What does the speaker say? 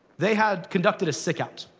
they had conducted a sick-out,